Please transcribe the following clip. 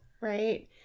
right